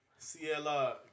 CLR